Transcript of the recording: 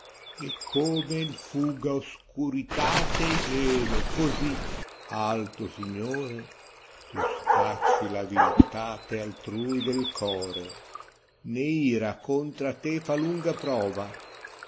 trova come el fuga oscurilate e gelo così alto signore tu scacci la viltate altrui del core né ira conlra te fa lunga prova